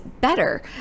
better